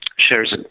shares